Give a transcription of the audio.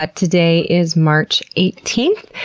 but today is march eighteenth.